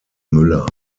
müller